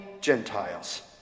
Gentiles